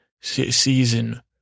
season